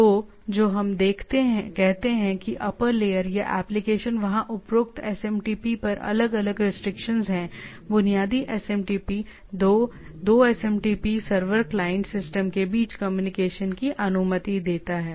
तो जो हम कहते हैं कि अप्पर लेयर या एप्लीकेशन वहाँ उपरोक्त एसएमटीपी पर अलग अलग रिस्ट्रिक्शंस हैं बुनियादी SMTP 2 2 SMTP server client system के बीच कम्युनिकेशन की अनुमति देता है